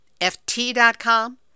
ft.com